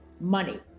money